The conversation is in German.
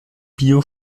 bio